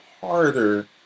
harder